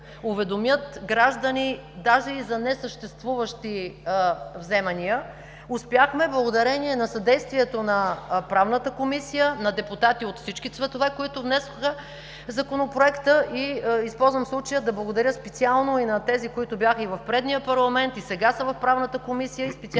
уведомят, граждани, даже и за несъществуващи вземания. Успяхме, благодарение на съдействието на Правната комисия, на депутати от всички цветове, които внесоха Законопроекта. Използвам случая да благодаря на тези, които бяха и в предния парламент, и сега са в Правната комисия, и специално